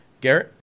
Garrett